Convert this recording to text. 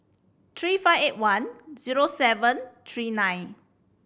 three five eight one zero seven three nine